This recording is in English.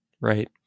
right